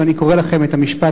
ואני מקריא לכם את המשפט,